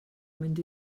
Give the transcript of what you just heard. mynd